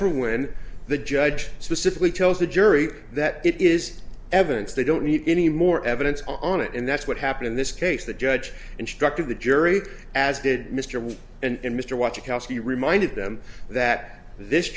for when the judge specifically tells the jury that it is evidence they don't need any more evidence on it and that's what happened in this case the judge instructed the jury as did mr wood and mr watcha koski reminded them that this